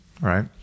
right